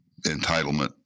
entitlement